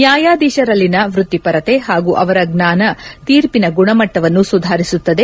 ನ್ಯಾಯಾಧೀಶರಲ್ಲಿನ ವೃತ್ತಿಪರತೆ ಹಾಗೂ ಅವರ ಜ್ವಾನ ತೀರ್ಪಿನ ಗುಣಮಟ್ಟವನ್ನು ಸುಧಾರಿಸುತ್ತದೆ